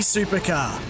Supercar